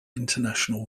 international